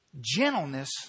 gentleness